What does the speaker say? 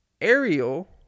Ariel